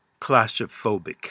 claustrophobic